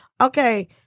Okay